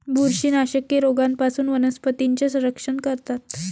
बुरशीनाशके रोगांपासून वनस्पतींचे संरक्षण करतात